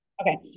Okay